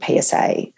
PSA